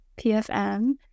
pfm